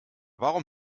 warum